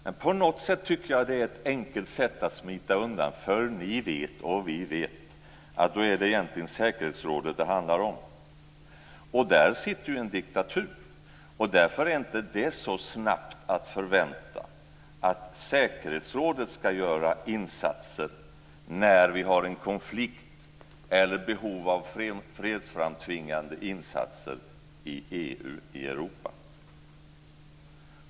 Men på något vis tycker jag att det är ett enkelt sätt att smita undan, för ni vet, och vi vet, att det då handlar om säkerhetsrådet. Där sitter ju en diktatur. Därför kan man inte förvänta att säkerhetsrådet snabbt ska göra insatser när det uppstår en konflikt eller behov av fredsframtvingande insatser i Europa.